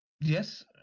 Yes